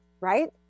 Right